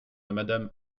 madame